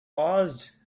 passed